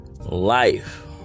life